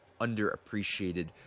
underappreciated